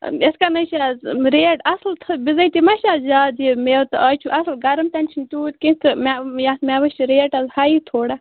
یِتھ کٔنۍ حظ چھِ آز ریٹ اصٕل تہٕ بِضٲتی ما چھِ آز زیادٕ میوٕ تہٕ آز چھِ اصٕل گرم تمہِ سۭتۍ چھُنہٕ تیوٗت کیٚنٛہہ تہٕ میوٕ یتھ میٚوس چھِ ریٹ حظ ہاے تھوڑا